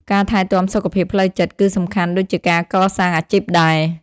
ការថែទាំសុខភាពផ្លូវចិត្ត គឺសំខាន់ដូចជាការកសាងអាជីពដែរ។